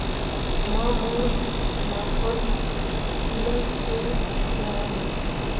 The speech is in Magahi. माँ मोर माथोत तिलर तेल लगाले